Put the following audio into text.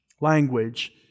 Language